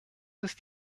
ist